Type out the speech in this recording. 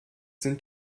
sind